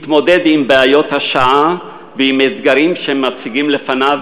מתמודד עם בעיות השעה ועם אתגרים שמציגים לפניו